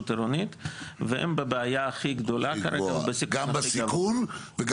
עירונית והן בבעיה הכי גדולה כרגע ובסיכון הכי גבוה.